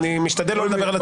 אני לא הפרעתי לך.